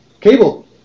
Cable